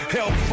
Help